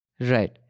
Right